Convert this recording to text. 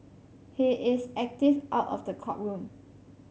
he is active out of the courtroom